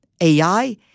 AI